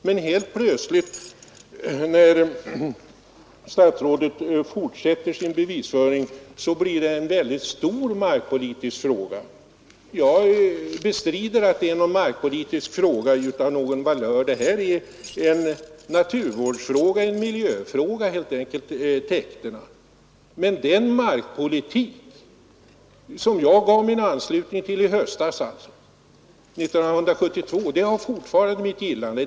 Men helt plötsligt blev den, när statsrådet fortsatte sin bevisföring, en mycket stor markpolitisk fråga. Jag bestrider att det här är en markpolitisk fråga av någon större valör. Frågan om täkterna gäller helt enkelt naturvård och miljö. Men den markpolitik som jag gav min anslutning till hösten 1972 har fortfarande mitt gillande.